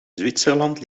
zwitserland